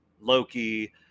loki